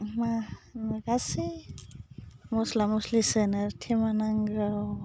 मा गासै मस्ला मस्लि सोनो थेमा नांगौ